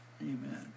amen